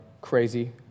crazy